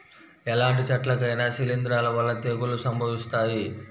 ఎలాంటి చెట్లకైనా శిలీంధ్రాల వల్ల తెగుళ్ళు సంభవిస్తాయి